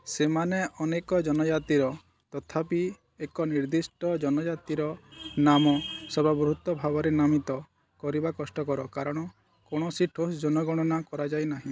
ସେମାନେ ଅନେକ ଜନଜାତିର ତଥାପି ଏକ ନିର୍ଦ୍ଦିଷ୍ଟ ଜନଜାତିର ନାମ ସର୍ବବୃହତ ଭାବରେ ନାମିତ କରିବା କଷ୍ଟକର କାରଣ କୌଣସି ଠୋସ୍ ଜନଗଣନା କରାଯାଇନାହିଁ